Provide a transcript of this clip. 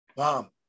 mom